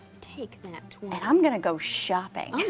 take that twenty. and i'm gonna go shopping. yeah